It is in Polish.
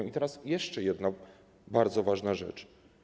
I teraz jeszcze jedna bardzo ważna rzecz.